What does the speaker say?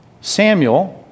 Samuel